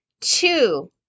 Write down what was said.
Two